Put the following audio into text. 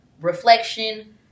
reflection